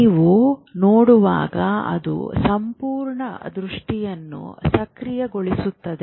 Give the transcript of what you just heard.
ನೀವು ನೋಡುವಾಗ ಅದು ಸಂಪೂರ್ಣ ದೃಷ್ಟಿಯನ್ನು ಸಕ್ರಿಯಗೊಳಿಸುತ್ತದೆ